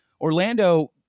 Orlando